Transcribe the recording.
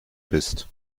bist